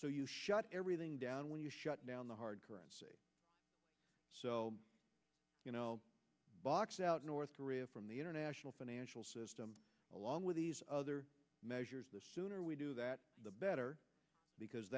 so you shut everything down when you shut down the hard currency box out north korea from the international financial system along with these other measures the sooner we do that the better because